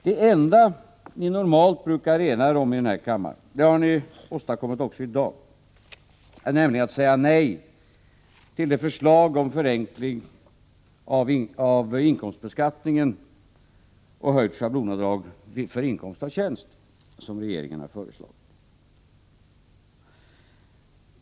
Det enda ni normalt brukar ena er om i den här kammaren — det har ni åstadkommit också i dag — är nämligen att säga nej till de förslag om förenkling av inkomstbeskattningen och höjt schablonavdrag för inkomst av tjänst som regeringen har lagt fram.